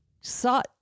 saw